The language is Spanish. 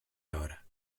ahora